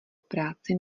práci